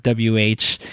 WH